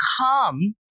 come